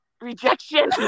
rejection